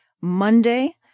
monday